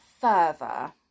further